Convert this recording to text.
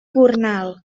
gornal